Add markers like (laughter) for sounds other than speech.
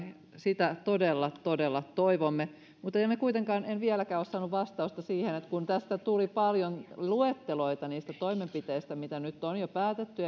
sitä todella todella toivomme mutta emme kuitenkaan vieläkään ole saaneet vastausta siihen että kun tässä tuli paljon luetteloita niistä toimenpiteistä mitä nyt on jo päätetty (unintelligible)